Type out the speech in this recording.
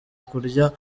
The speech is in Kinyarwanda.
kurya